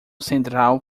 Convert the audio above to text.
central